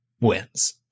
wins